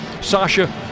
Sasha